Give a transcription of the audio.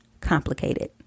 complicated